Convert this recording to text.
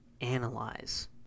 analyze